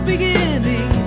beginning